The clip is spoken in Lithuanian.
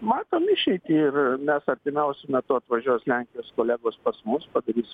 matom išeitį ir mes artimiausiu metu atvažiuos lenkijos kolegos pas mus padarys